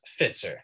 Fitzer